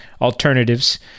alternatives